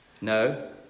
No